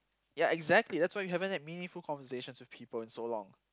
ya exactly that's why you haven't had meaningful conversations with people in so long